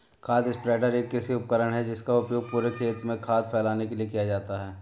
खाद स्प्रेडर एक कृषि उपकरण है जिसका उपयोग पूरे खेत में खाद फैलाने के लिए किया जाता है